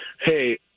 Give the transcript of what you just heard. Hey